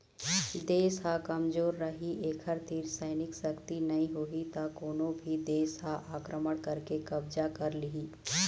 देश ह कमजोर रहि एखर तीर सैनिक सक्ति नइ होही त कोनो भी देस ह आक्रमण करके कब्जा कर लिहि